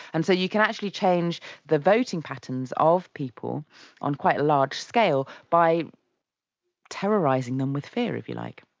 and so you can actually change the voting patterns of people on quite a large scale by terrorising them with fear, if you like.